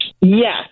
Yes